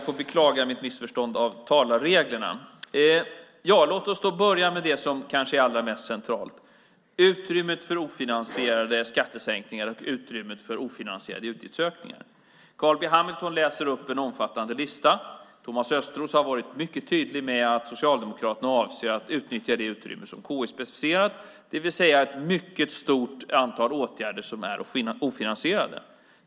Herr talman! Låt oss börja med det som kanske är allra mest centralt, utrymmet för ofinansierade skattesänkningar och utrymmet för ofinansierade utgiftsökningar. Carl B Hamilton läser upp en omfattande lista. Thomas Östros har varit mycket tydlig med att Socialdemokraterna avser att utnyttja det utrymme som KI specificerat, det vill säga ett mycket stort antal åtgärder som är ofinansierade.